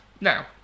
now